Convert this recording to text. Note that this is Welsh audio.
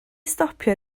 stopio